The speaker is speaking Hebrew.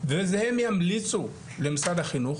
וזה הם ימליצו למשרד החינוך,